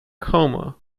coma